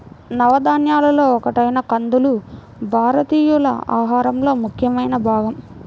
నవధాన్యాలలో ఒకటైన కందులు భారతీయుల ఆహారంలో ముఖ్యమైన భాగం